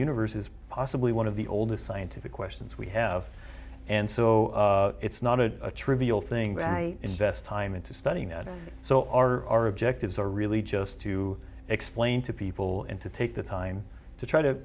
universe is possibly one of the oldest scientific questions we have and so it's not a trivial thing that i invest time into studying so our lives are really just to explain to people and to take the time to try to